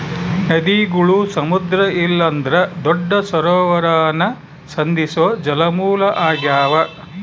ನದಿಗುಳು ಸಮುದ್ರ ಇಲ್ಲಂದ್ರ ದೊಡ್ಡ ಸರೋವರಾನ ಸಂಧಿಸೋ ಜಲಮೂಲ ಆಗ್ಯಾವ